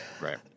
Right